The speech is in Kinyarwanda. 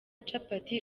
capati